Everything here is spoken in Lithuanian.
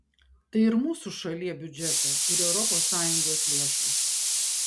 tai ir mūsų šalie biudžeto ir europos sąjungos lėšos